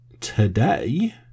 today